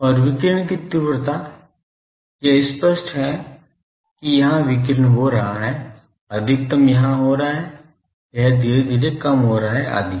और विकिरण की तीव्रता यह स्पष्ट है कि यहां विकिरण हो रहा है अधिकतम यहां हो रहा है यह धीरे धीरे कम हो रहा है आदि